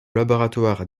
laboratoire